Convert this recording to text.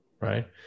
right